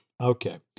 okay